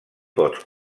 pots